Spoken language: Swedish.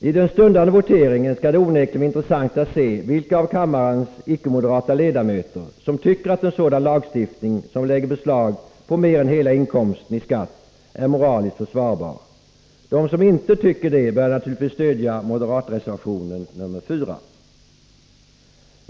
I den stundande voteringen skall det onekligen bli intressant att se vilka av kammarens icke-moderata ledamöter som tycker att en sådan lagstiftning som lägger beslag på mer än hela inkomsten i skatt är moraliskt försvarbar. De som inte tycker det bör naturligtvis stödja moderatreservation nr 4.